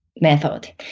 method